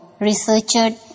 researched